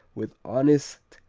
with honest,